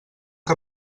que